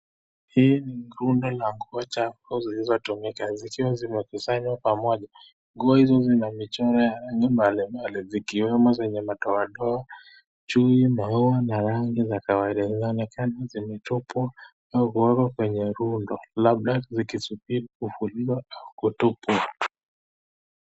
Hii ni gundi la nguo chafu zilizotumika zikiwa zimekusanywa pamoja. Nguo hizo zina michoro ya aina mbalimbali zikiwemo zenye madoadoa, chui, maua na rangi za kawaida zinavyoonekana zimetupwa au kuwekwa kwenye rundo, labda zikisubiri kufuliwa au kutupwa.